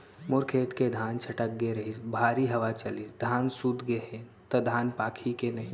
मोर खेत के धान छटक गे रहीस, भारी हवा चलिस, धान सूत गे हे, त धान पाकही के नहीं?